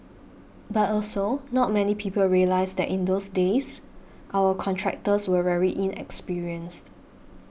but also not many people realise that in those days our contractors were very inexperienced